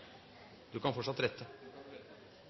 du kan